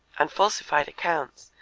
and falsified accounts,